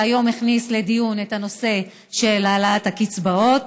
שהיום הכניס לדיון את הנושא של העלאת הקצבאות.